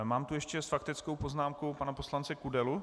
Mám tu ještě s faktickou poznámkou pana poslance Kudelu.